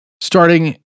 starting